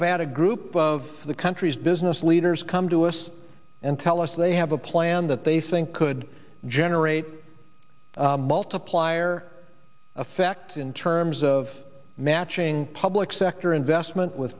had a group of the country's business leaders come to us and tell us they have a plan that they think could generate a multiplier effect in terms of matching public sector investment with